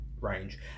Range